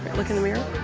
look in the mirror.